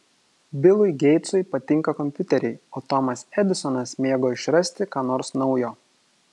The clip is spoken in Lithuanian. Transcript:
bilui geitsui patinka kompiuteriai o tomas edisonas mėgo išrasti ką nors naujo